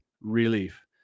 relief